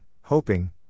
hoping